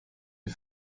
die